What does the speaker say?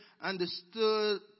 understood